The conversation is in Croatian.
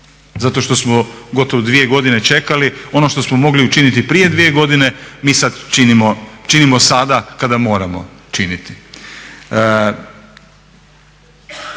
zato što smo gotovo dvije godine čekali, ono što smo mogli učiniti prije dvije godine mi sad činimo kada moramo činiti.